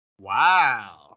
wow